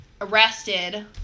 arrested